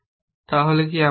তাহলে কি আমরা আছি